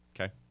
Okay